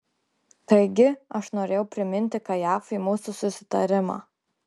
taigi aš norėjau priminti kajafui mūsų susitarimą